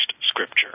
scripture